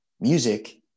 Music